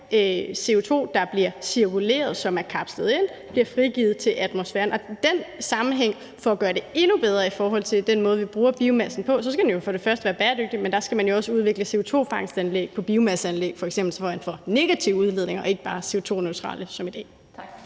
er jo CO2, der bliver cirkuleret. Det er kapslet ind og bliver frigivet til atmosfæren. Og i den sammenhæng – for at gøre det endnu bedre i forhold til den måde, vi bruger biomassen på – skal den jo for det første være bæredygtig, men man skal for det andet også udvikle CO2-fangstanlæg på biomasseanlæg for at få negative udledninger og ikke bare CO2-neutrale som i dag.